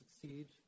succeed